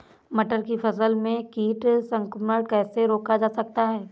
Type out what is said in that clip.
मटर की फसल में कीट संक्रमण कैसे रोका जा सकता है?